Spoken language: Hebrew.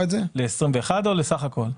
ל-21' או לסך הכול?